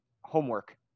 homework